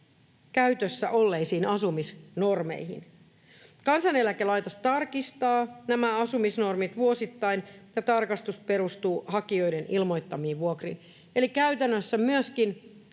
käytössä olleisiin asumisnormeihin. Kansaneläkelaitos tarkistaa nämä asumisnormit vuosittain, ja tarkastus perustuu hakijoiden ilmoittamiin vuokriin. Eli käytännössä myöskin